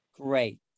Great